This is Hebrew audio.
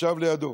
ישב לידו.